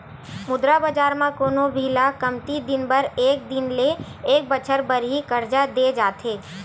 मुद्रा बजार म कोनो भी ल कमती दिन बर एक दिन ले एक बछर बर ही करजा देय जाथे